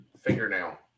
Fingernail